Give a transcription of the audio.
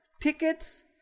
Tickets